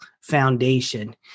foundation